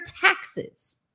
taxes